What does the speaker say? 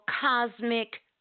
cosmic